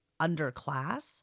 underclass